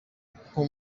nko